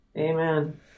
Amen